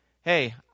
hey